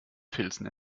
filzen